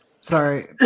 Sorry